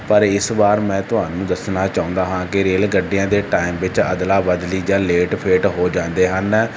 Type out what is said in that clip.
ਪਰ ਇਸ ਵਾਰ ਮੈਂ ਤੁਹਾਨੂੰ ਦੱਸਣਾ ਚਾਹੁੰਦਾ ਹਾਂ ਕਿ ਰੇਲ ਗੱਡੀਆਂ ਦੇ ਟਾਈਮ ਵਿੱਚ ਅਦਲਾ ਬਦਲੀ ਜਾਂ ਲੇਟ ਫੇਟ ਹੋ ਜਾਂਦੇ ਹਨ